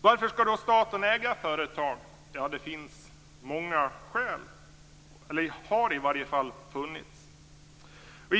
Varför skall då staten äga företag? Det finns eller har i varje fall funnits många skäl till det.